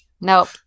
Nope